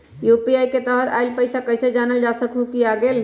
UPI के तहत आइल पैसा कईसे जानल जा सकहु की आ गेल?